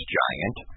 giant